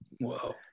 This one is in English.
whoa